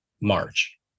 march